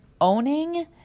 owning